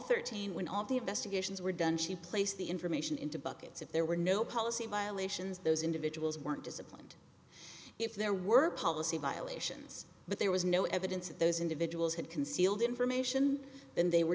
thirteen when all the investigations were done she placed the information into buckets if there were no policy violations those individuals weren't disciplined if there were policy violations but there was no evidence that those individuals had concealed information then they were